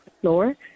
floor